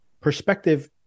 perspective